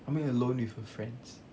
I mean alone with her friends